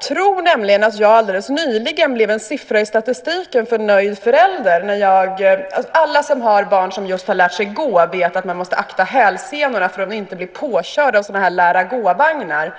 tror att jag alldeles nyligen blev en siffra i statistiken för nöjd förälder. Alla som har barn som just har lärt sig gå vet att man måste akta hälsenorna för att inte bli påkörd av lära-gå-vagnar.